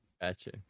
Gotcha